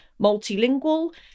multilingual